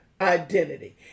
identity